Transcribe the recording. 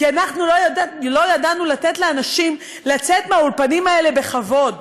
כי אנחנו לא ידענו לתת לאנשים לצאת מהאולפנים האלה בכבוד.